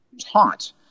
taught